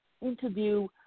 interview